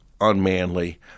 unmanly